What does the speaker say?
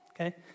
okay